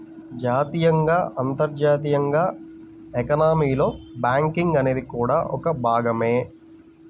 జాతీయంగా, అంతర్జాతీయంగా ఎకానమీలో బ్యాంకింగ్ అనేది కూడా ఒక భాగమే